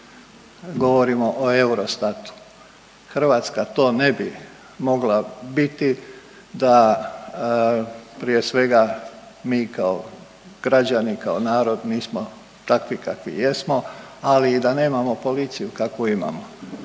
Hrvatska to ne bi mogla biti da prije svega mi kao građani, kao narod nismo takvi kakvi jesmo, ali i da nemamo policiju kakvu imamo.